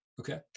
Okay